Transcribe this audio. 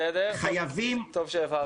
טוב שהבהרת.